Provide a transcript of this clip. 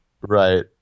Right